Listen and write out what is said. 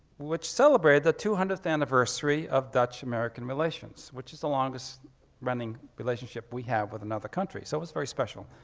which celebrated the two hundredth anniversary of dutch-american relations which is the longest running relationship we have with another country so it was very special.